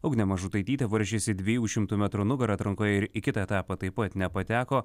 ugnė mažutaitytė varžėsi dviejų šimtų nugara atrankoje ir į kitą etapą taip pat nepateko